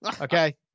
Okay